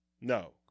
No